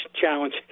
challenge